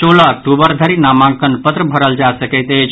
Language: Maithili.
सोलह अक्टूबर धरि नामांकन पत्र भरल जा सकैत अछि